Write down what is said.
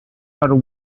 are